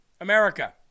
America